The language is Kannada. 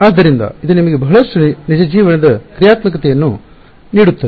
ಆದ್ದರಿಂದ ಇದು ನಿಮಗೆ ಬಹಳಷ್ಟು ನಿಜ ಜೀವನದ ಕ್ರಿಯಾತ್ಮಕತೆಯನ್ನು ನೀಡುತ್ತದೆ